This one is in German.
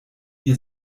ihr